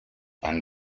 ein